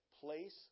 place